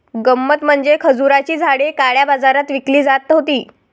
गंमत म्हणजे खजुराची झाडे काळ्या बाजारात विकली जात होती